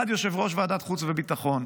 אחד יושב-ראש ועדת החוץ והביטחון,